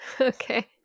Okay